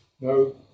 No